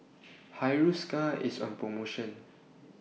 Hiruscar IS on promotion